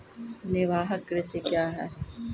निवाहक कृषि क्या हैं?